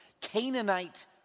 Canaanite